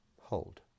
Hold